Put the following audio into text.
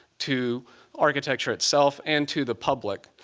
to architecture itself, and to the public,